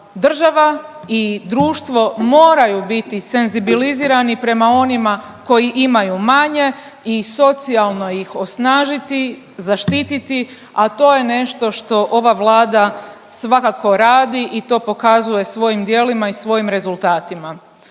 država i društvo moraju biti senzibilizirani prema onima koji imaju manje i socijalno ih osnažiti, zaštititi, a to je nešto što ova Vlada svakako radi i to pokazuje svojim djelima i svojim rezultatima.